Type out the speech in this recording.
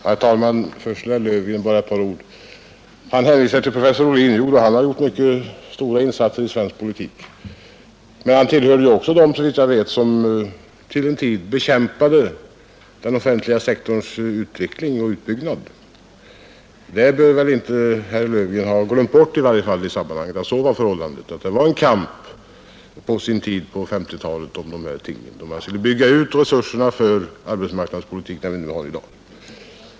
Herr talman! Först ett par ord till herr Löfgren, som hänvisade till professor Ohlin. Jo, herr Ohlin har gjort mycket stora insatser i svensk politik men han tillhörde såvitt jag vet också dem, som en tid bekämpade den offentliga sektorns utveckling och utbyggnad. Det bör väl herr Löfgren inte ha glömt bort i sammanhanget. Det rådde på 1950-talet en kamp då man skulle bygga ut de resurser för arbetsmarknadspolitiken som vi har i dag.